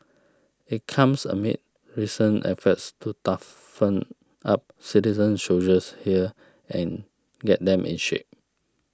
it comes amid recent efforts to toughen up citizen soldiers here and get them in shape